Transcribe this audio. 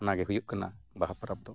ᱚᱱᱟᱜᱮ ᱦᱩᱭᱩᱜ ᱠᱟᱱᱟ ᱵᱟᱦᱟ ᱯᱚᱨᱚᱵᱽ ᱫᱚ